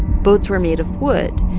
boats were made of wood,